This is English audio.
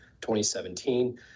2017